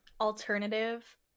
alternative